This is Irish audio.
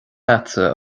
agatsa